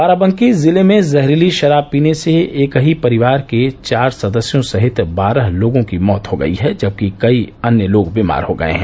बाराबंकी जिले में जहरीली शराब पीने से एक ही परिवार के चार सदस्यों सहित बारह लोगों की मौत हो गई है जबकि कई अन्य लोग बीमार हो गये हैं